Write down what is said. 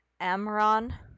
Amron